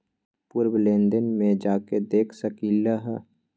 पूर्व लेन देन में जाके देखसकली ह?